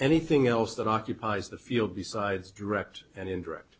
anything else that occupies the field besides direct and indirect